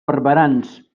barberans